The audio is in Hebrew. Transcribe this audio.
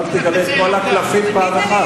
אל תגלה את כל הקלפים פעם אחת.